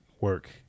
work